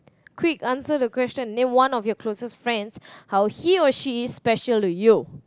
quick answer the question name one of your closest friends how he or she is special to you